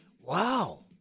Wow